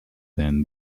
than